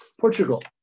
Portugal